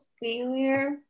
failure